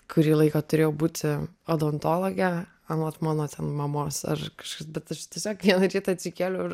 kurį laiką turėjau būti odontologe anot mano ten mamos ar kažkas bet aš tiesiog vieną rytą atsikėliau ir